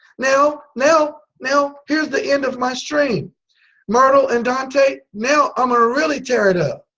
now, now, now here's the end of my stream myrtle and donte now i'm a really tear it ah